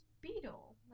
Beetle